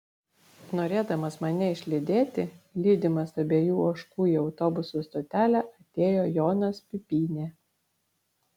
norėdamas mane išlydėti lydimas abiejų ožkų į autobusų stotelę atėjo jonas pipynė